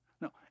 No